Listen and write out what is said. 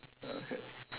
okay